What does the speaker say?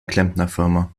klempnerfirma